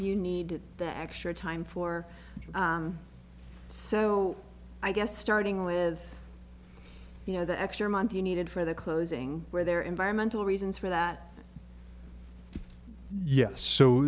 you need that extra time for so i guess starting with you know the extra money needed for the closing where there are environmental reasons for that yes so